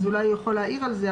אז אולי הוא יכול להעיר על זה,